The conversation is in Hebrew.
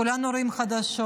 כולנו רואים חדשות.